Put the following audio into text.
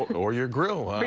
or your grill.